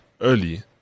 early